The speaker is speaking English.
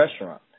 restaurant